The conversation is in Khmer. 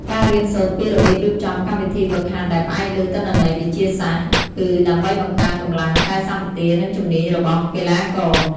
ការរៀនសូត្រពីរបៀបរៀបចំកម្មវិធីហ្វឹកហាត់ដែលផ្អែកលើទិន្នន័យវិទ្យាសាស្ត្រ គឺដើម្បីបង្កើនកម្លាំង កាយសម្បទា និងជំនាញរបស់កីឡាករ។